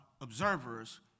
observers